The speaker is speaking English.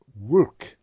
work